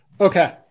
Okay